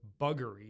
buggery